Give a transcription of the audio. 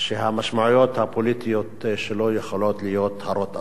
שהמשמעויות הפוליטיות שלו יכולות להיות הרות אסון.